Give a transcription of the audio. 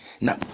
now